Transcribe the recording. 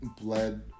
bled